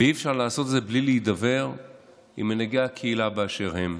ואי-אפשר לעשות את זה בלי להידבר עם מנהיגי הקהילה באשר הם.